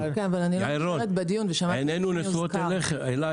יעל רון, עינינו נשואות אלייך.